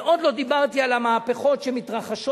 ועוד לא דיברתי על המהפכות שמתרחשות